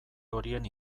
horien